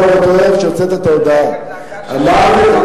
כבר באותו ערב שהוצאת את ההודעה אמרתי לך,